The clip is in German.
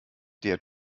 der